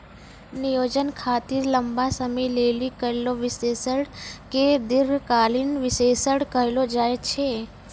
नियोजन खातिर लंबा समय लेली करलो विश्लेषण के दीर्घकालीन विष्लेषण कहलो जाय छै